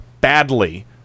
badly